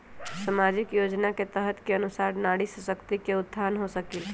सामाजिक योजना के तहत के अनुशार नारी शकति का उत्थान हो सकील?